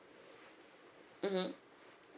mmhmm